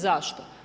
Zašto?